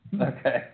Okay